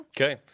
Okay